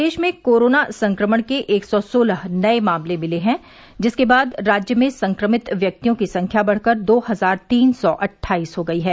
प्रदेश में कोरोना संक्रमण के एक सौ सोलह नए मामले मिले हैं जिसके बाद राज्य में संक्रमित व्यक्तियों की संख्या बढ़कर दो हजार तीन सौ अट्ठाईस हो गई है